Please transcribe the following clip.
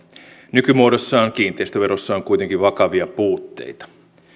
nykymuodossaan kiinteistöverossa on kuitenkin vakavia puutteita